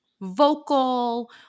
vocal